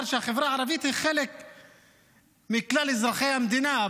שהחברה הערבית היא חלק מכלל אזרחי המדינה.